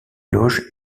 loges